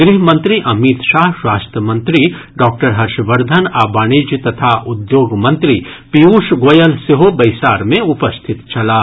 गृह मंत्री अमित शाह स्वास्थ्य मंत्री डॉक्टर हर्षवर्धन आ वाणिज्य तथा उद्योग मंत्री पीयूष गोयल सेहो बैसार मे उपस्थित छलाह